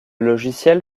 logiciel